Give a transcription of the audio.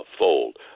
fold